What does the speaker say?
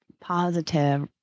positive